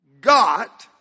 got